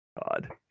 God